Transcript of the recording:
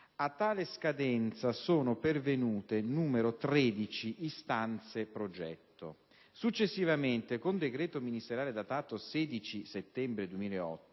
A tale scadenza sono pervenute 13 istanze progetto. Successivamente, con decreto ministeriale datato 16 settembre 2008,